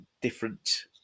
different